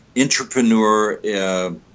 entrepreneur